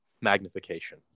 magnification